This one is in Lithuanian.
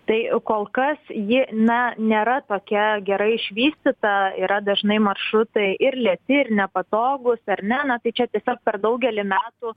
tai kol kas ji na nėra tokia gerai išvystyta yra dažnai maršrutai ir lėti ir nepatogūs ar ne na tai čia tiesiog per daugelį metų